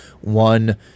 one